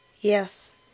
Yes